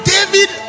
David